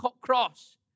cross